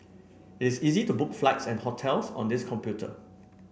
it's easy to book flights and hotels on this computer